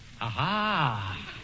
Aha